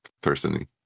personally